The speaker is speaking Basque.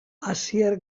asier